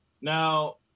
now